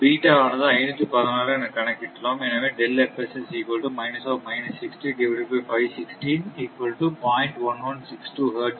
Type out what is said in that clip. beta ஆனது 516 என கணக்கிட்டோம் எனவே ஹெர்ட்ஸ்